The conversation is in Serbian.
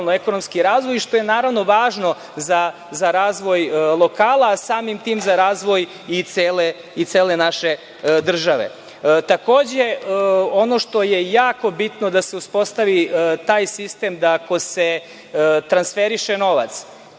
ekonomski razvoj i što je naravno važno za razvoj lokala, a samim tim za razvoj i cele naše države. Takođe, ono što je jako bitno da se uspostavi taj sistem ako se transferiše novac,